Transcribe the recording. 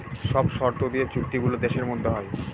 সব শর্ত দিয়ে চুক্তি গুলো দেশের মধ্যে হয়